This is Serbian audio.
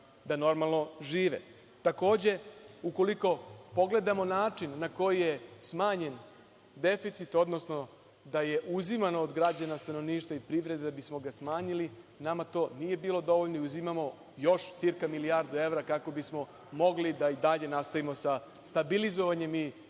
da normalno žive. Takođe, ukoliko pogledamo način na koji je smanjen deficit, odnosno da je uzimano od građana, stanovništva i privrede da bismo ga smanjili, nama to nije bilo dovoljno i uzimamo još cirka milijardu evra kako bismo mogli da i dalje nastavimo sa stabilizovanjem i